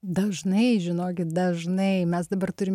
dažnai žinokit dažnai mes dabar turim